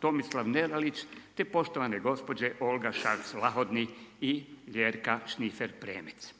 Tomislav Neralić te poštovane gospođe Olga Šarc Lahodni i Ljerka Šnifer Premec.